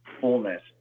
fullness